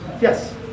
Yes